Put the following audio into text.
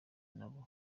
nabo